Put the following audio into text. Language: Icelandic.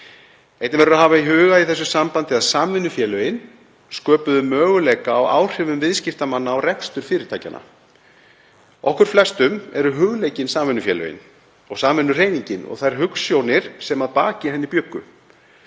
Einnig verður að hafa í huga í þessu sambandi að samvinnufélögin sköpuðu möguleika á áhrifum viðskiptamanna á rekstur fyrirtækjanna. Okkur flestum eru hugleikin samvinnufélögin og samvinnuhreyfingin og þær hugsjónir sem að baki henni bjuggu.